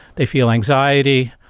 they feel anxiety,